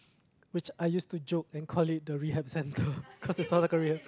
which I used to joke then call it the rehab center cause it sounds like a rehab